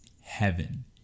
heaven